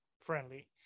friendly